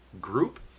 group